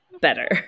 better